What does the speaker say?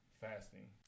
fasting